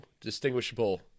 distinguishable